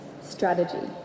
Strategy